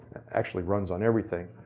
actually runs on everything.